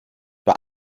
bei